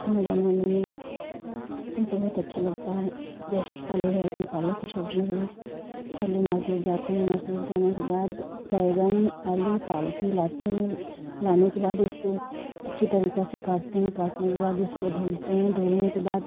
खाना बनाने में बहुत अच्छा लगता है जैसे आलू बैंगन पालक की सब्ज़ी हुई पहले मार्केट जाते हैं मार्केट जाने के बाद बैंगन आलू पालक लाते हैं लाने के बाद उसको अच्छी तरीके से काटते हैं काटने के बाद उसको धोते हैं धोने के बाद